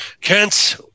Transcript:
Kent